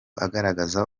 agaragaza